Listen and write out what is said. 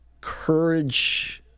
Courage